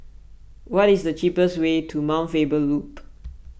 what is the cheapest way to Mount Faber Loop